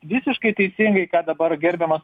visiškai teisingai ką dabar gerbiamas